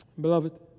beloved